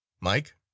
Mike